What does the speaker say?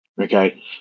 Okay